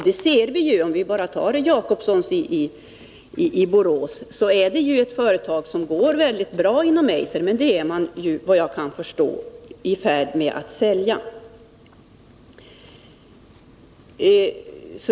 Det ser vi om vi tar Jacobsons i Borås som exempel. Det är ett företag inom Eiser som går bra, men det är man, vad jag kan förstå, i färd med att sälja.